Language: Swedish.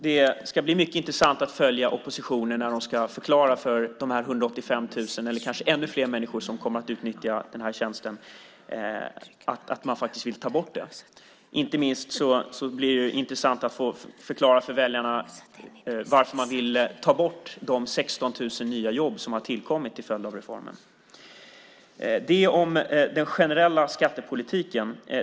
Det ska bli mycket intressant att följa oppositionen när de ska förklara för de 185 000 eller kanske ännu fler som kommer att utnyttja den tjänsten att man faktiskt vill ta bort möjligheten. Inte minst blir det intressant att höra dem förklara för väljarna varför man vill ta bort de 16 000 nya jobb som tillkommit till följd av reformen. Detta sagt om den generella skattepolitiken.